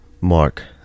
mark